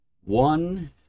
One